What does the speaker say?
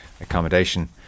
accommodation